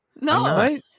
No